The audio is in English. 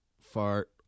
Fart